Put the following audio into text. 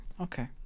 okay